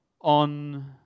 on